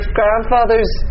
grandfather's